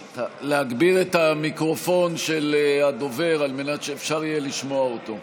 להגביר את המיקרופון של הדובר על מנת שאפשר יהיה לשמוע אותו.